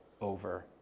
over